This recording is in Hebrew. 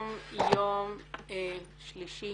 היום יום שלישי,